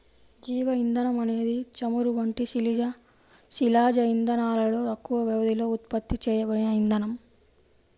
జీవ ఇంధనం అనేది చమురు వంటి శిలాజ ఇంధనాలలో తక్కువ వ్యవధిలో ఉత్పత్తి చేయబడిన ఇంధనం